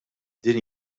din